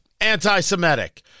Anti-Semitic